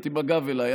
את עם הגב אליי,